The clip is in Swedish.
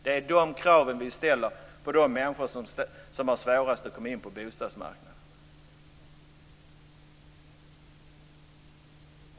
Det är de kraven vi ställer på de människor som har svårast att komma in på bostadsmarknaden.